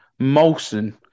Molson